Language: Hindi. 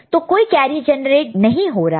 तो कोई कैरी जनरेट नहीं हो रहा है